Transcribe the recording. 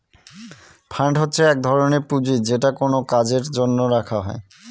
fund হচ্ছে এক ধরনের পুঁজি যেটা কোনো কাজের জন্য রাখা হয়